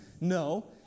No